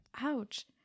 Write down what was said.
Ouch